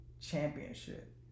championship